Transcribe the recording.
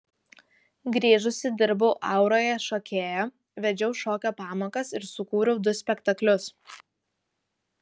grįžusi dirbau auroje šokėja vedžiau šokio pamokas ir sukūriau du spektaklius